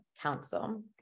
Council